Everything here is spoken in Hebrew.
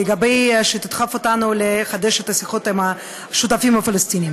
שתדחף אותנו לחדש את השיחות עם השותפים הפלסטינים.